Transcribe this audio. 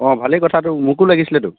অ' ভালেই কথাতো মোকো লাগিছিলেতো